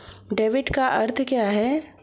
Debit का अर्थ क्या है?